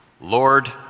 Lord